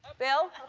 bill?